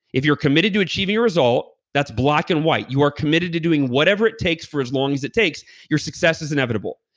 if you're committed to achieving a result, that's black and white, you are committed to doing whatever it takes for as long as it takes your success is inevitable.